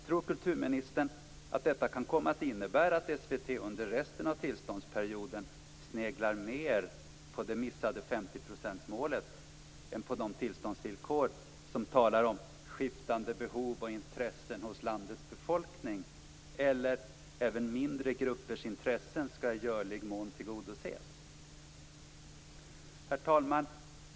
Tror kulturministern att detta kan komma att innebära att SVT under resten av tillståndsperioden sneglar mer på det missade 50-procentsmålet än på de tillståndsvillkor som talar om "skiftande behov och intressen hos landets befolkning" eller "även mindre gruppers intressen skall i görlig mån tillgodoses"? Herr talman!